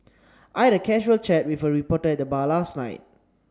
I had a casual chat with a reporter at the bar last night